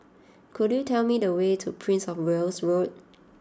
could you tell me the way to Prince of Wales Road